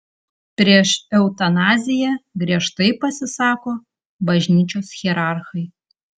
prieš eutanaziją giežtai pasisako bažnyčios hierarchai